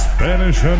Spanish